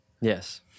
Yes